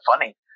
funny